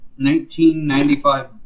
1995